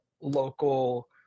local